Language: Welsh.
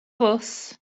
fws